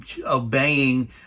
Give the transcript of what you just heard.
obeying